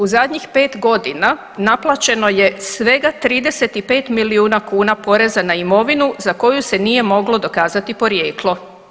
U zadnjih 5 godina naplaćeno je svega 35 milijuna kuna poreza na imovinu za koju se nije moglo dokazati porijeklo.